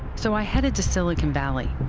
so i headed to silicon valley,